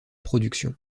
production